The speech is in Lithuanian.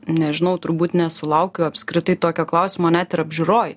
nežinau turbūt nesulaukiu apskritai tokio klausimo net ir apžiūroj